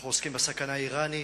אנחנו עוסקים בסכנה האירנית,